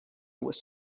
was